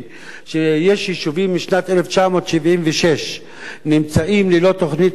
שיש יישובים שמשנת 1976 נמצאים ללא תוכנית מיתאר,